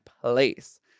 place